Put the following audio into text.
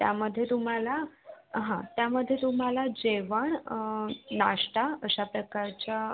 त्यामध्ये तुम्हाला हां त्यामध्ये तुम्हाला जेवण नाश्ता अशा प्रकारच्या